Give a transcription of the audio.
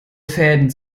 fäden